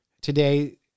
Today